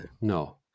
No